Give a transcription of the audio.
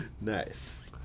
Nice